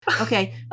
Okay